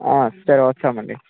సరే వస్తామండి